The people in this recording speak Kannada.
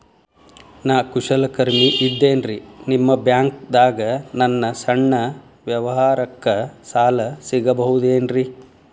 ನಾ ಕುಶಲಕರ್ಮಿ ಇದ್ದೇನ್ರಿ ನಿಮ್ಮ ಬ್ಯಾಂಕ್ ದಾಗ ನನ್ನ ಸಣ್ಣ ವ್ಯವಹಾರಕ್ಕ ಸಾಲ ಸಿಗಬಹುದೇನ್ರಿ?